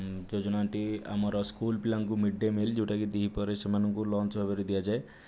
ଯୋଜନାଟି ଆମର ସ୍କୁଲ୍ ପିଲାଙ୍କୁ midday meal ଯେଉଁଟାକି ଦ୍ୱିପହରେ ସେମାନଙ୍କୁ ଲଞ୍ଚ ଆୱାର୍ରେ ଦିଆଯାଏ